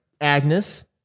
Agnes